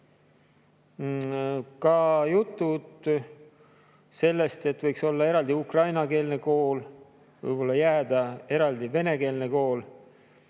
Jutud sellest, et võiks olla eraldi ukrainakeelne kool, võib-olla jääda eraldi venekeelne kool,